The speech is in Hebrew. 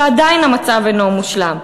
ועדיין המצב אינו מושלם.